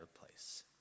place